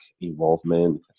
involvement